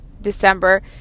December